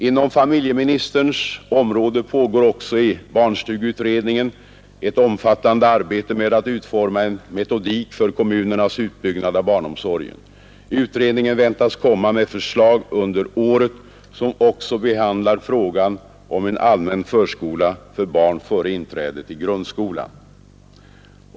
Inom familjeministerns område pågår också i barnstugeutredningen ett omfattande arbete med att utforma en metodik för kommunernas utbyggnad av barnomsorgen. Utredningen väntas komma med förslag under året som också behandlar frågan om en allmän förskola för barn före inträdet i grundskolan.